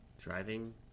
driving